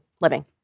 Living